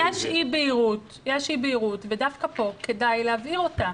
יש אי בהירות ודווקא כאן כדאי להבהיר אותה.